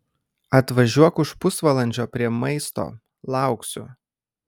atvažiuok už pusvalandžio prie maisto lauksiu